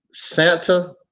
Santa